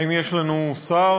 האם יש לנו שר?